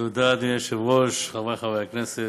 תודה, אדוני היושב-ראש, חברי חברי הכנסת,